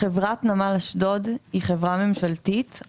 חברת נמל אשדוד היא חברה ממשלתית.